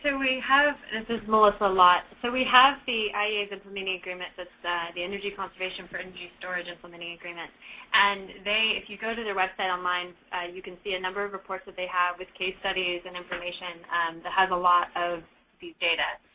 we have this is melissa lott. so we have the iea's implementing agreement that the energy conservation for energy storage implementing agreement and they if you go to the website online you can see a number of reports that they have which case studies and information that has a lot of these data.